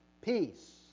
Peace